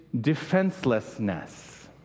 defenselessness